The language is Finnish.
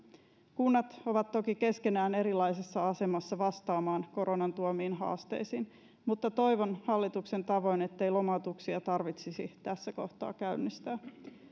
kunnat ovat toki keskenään erilaisessa asemassa vastaamaan koronan tuomiin haasteisiin mutta toivon hallituksen tavoin ettei lomautuksia tarvitsisi tässä kohtaa käynnistää